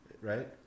right